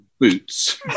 boots